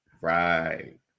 Right